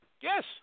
Yes